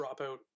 Dropout